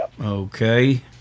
Okay